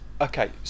Okay